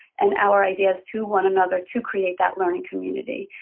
and our ideas to one another, to create that learning community.